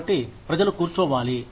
కాబట్టి ప్రజలు కూర్చోవాలి